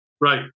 Right